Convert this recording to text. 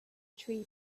tree